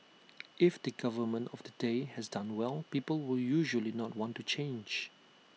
if the government of the day has done well people will usually not want to change